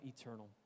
eternal